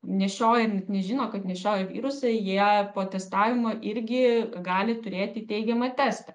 nešioja net nežino kad nešioja virusą jie po testavimo irgi gali turėti teigiamą testą